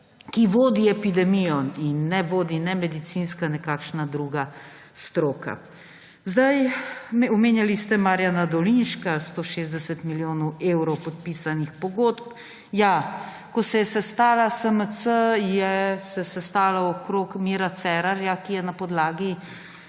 ki vodi epidemijo, in ne medicinska ne kakšna druga stroka. Omenjali ste Marjana Dolinška, 160 milijonov evrov podpisanih pogodb. Ja, ko se je sestala SMC, se je sestala okoli Mira Cerarja, ki je na podlagi